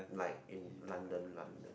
like in London London